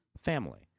family